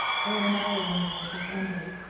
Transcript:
or at an hour when the work was ended,